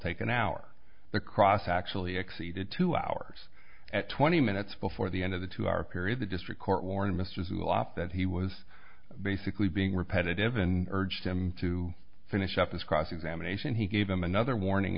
take an hour the cross actually exceeded two hours at twenty minutes before the end of the two hour period the district court warning mr zero up that he was basically being repetitive and urged him to finish up this cross examination he gave him another warning